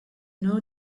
know